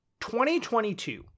2022